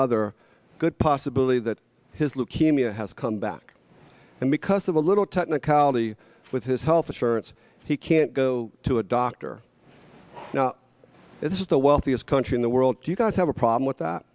other good possibility that his leukemia has come back and because of a little technicality with his health insurance he can't go to a doctor it's the wealthiest country in the world do you guys have a problem with that